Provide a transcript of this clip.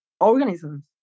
organisms